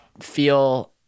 feel